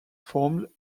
formed